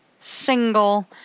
single